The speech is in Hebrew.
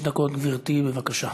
חמש דקות, גברתי, בבקשה.